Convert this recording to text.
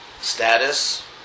status